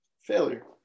Failure